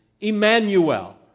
Emmanuel